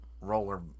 roller